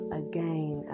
again